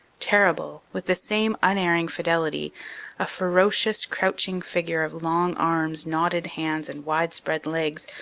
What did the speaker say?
terrible, with the same unerring fidelity a ferocious, crouching figure of long arms, knotted hands and widespread legs,